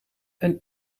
een